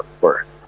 first